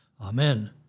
Amen